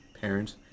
parents